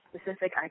specific